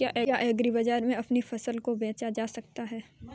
क्या एग्रीबाजार में अपनी फसल को बेचा जा सकता है?